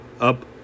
up